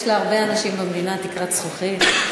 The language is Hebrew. יש להרבה אנשים במדינה תקרת זכוכית.